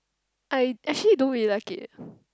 I actually don't really like it